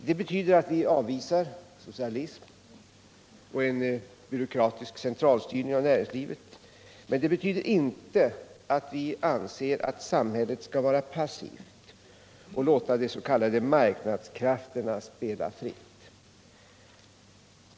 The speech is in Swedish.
Det betyder att vi avvisar socialism och en byråkratisk centralstyrning av näringslivet, men det betyder inte att vi anser att samhället skall vara passivt och låta de s.k. marknadskrafterna spela fritt.